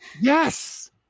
Yes